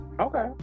Okay